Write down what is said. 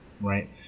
right